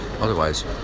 otherwise